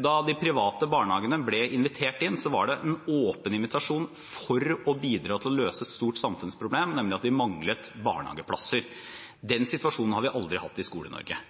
Da de private barnehagene ble invitert inn, var det en åpen invitasjon for å bidra til å løse et stort samfunnsproblem, nemlig at vi manglet barnehageplasser. Den situasjonen har vi aldri hatt i